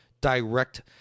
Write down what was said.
direct